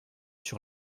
sur